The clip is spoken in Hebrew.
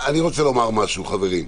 חברים,